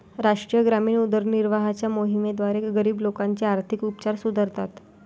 राष्ट्रीय ग्रामीण उदरनिर्वाहाच्या मोहिमेद्वारे, गरीब लोकांचे आर्थिक उपचार सुधारतात